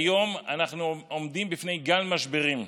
כיום אנחנו עומדים בפני גל משברים,